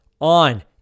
on